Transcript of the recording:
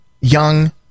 young